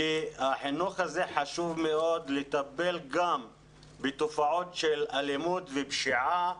כי החינוך הזה חשוב מאוד לטיפול גם בתופעות של אלימות ופשיעה.